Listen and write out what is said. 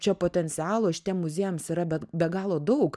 čia potencialo šitiem muziejams yra bet be galo daug